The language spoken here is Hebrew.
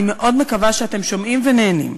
אני מאוד מקווה שאתם שומעים ונהנים.